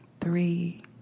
three